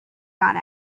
gone